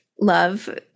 love